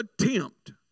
attempt